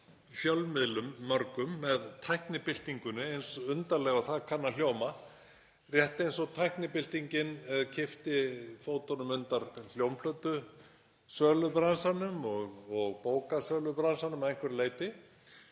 fjölmiðlum með tæknibyltingunni, eins undarlega og það kann að hljóma, rétt eins og tæknibyltingin kippti fótunum undan hljómplötusölubransanum og bókasölubransanum að einhverju leyti.